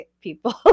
people